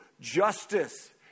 justice